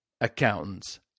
accountants